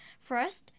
First